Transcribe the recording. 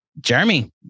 Jeremy